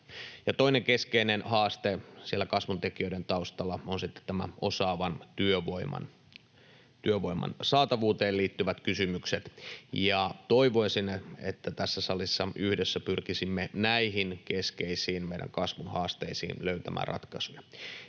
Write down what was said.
toinen keskeinen haaste siellä kasvun tekijöiden taustalla ovat sitten nämä osaavan työvoiman saatavuuteen liittyvät kysymykset. Toivoisin, että tässä salissa yhdessä pyrkisimme näihin meidän kasvun keskeisiin haasteisiin löytämään ratkaisuja.